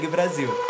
Brasil